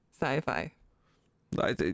sci-fi